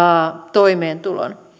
toimeentulon